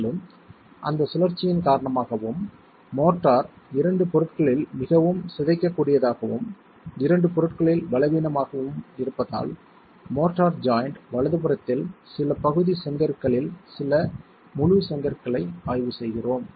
மேலும் அந்த சுழற்சியின் காரணமாகவும் மோர்ட்டார் இரண்டு பொருட்களில் மிகவும் சிதைக்கக்கூடியதாகவும் இரண்டு பொருட்களில் பலவீனமாகவும் இருப்பதால் மோர்ட்டார் ஜாய்ண்ட் வலதுபுறத்தில் சில பகுதி செங்கற்களில் சில முழு செங்கற்களை ஆய்வு செய்கிறோம்